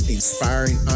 inspiring